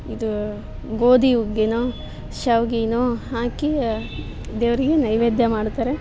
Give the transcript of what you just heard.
ಇದು ಗೋಧಿ ಹುಗ್ಗಿನೋ ಶಾವ್ಗೆನೋ ಹಾಕಿ ದೇವರಿಗೆ ನೈವೇದ್ಯ ಮಾಡ್ತಾರೆ